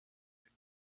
had